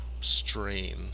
strain